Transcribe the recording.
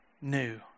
new